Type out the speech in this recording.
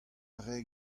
rae